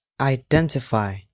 identify